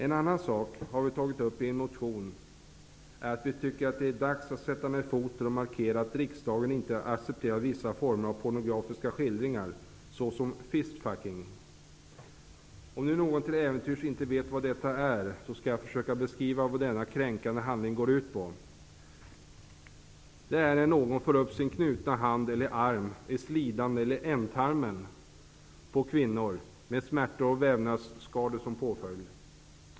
En annan sak som vi har tagit upp i en motion är att vi tycker att det är dags att sätta ned foten och markera att riksdagen inte accepterar vissa former av pornografiska skildringar såsom fist-fucking. Om nu någon till äventyrs inte vet vad detta är, skall jag försöka beskriva vad denna kränkande handling går ut på. Det är när någon för upp sin knutna hand eller arm i slidan eller ändtarmen på kvinnor med smärtor och vävnadsskador som påföljd.